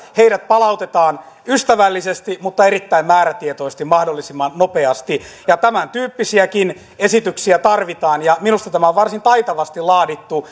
palautetaan ystävällisesti mutta erittäin määrätietoisesti mahdollisimman nopeasti ja tämäntyyppisiäkin esityksiä tarvitaan ja minusta tämä on varsin taitavasti laadittu